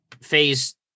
Phase